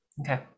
okay